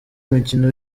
mukino